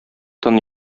тын